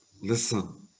listen